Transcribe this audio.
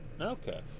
Okay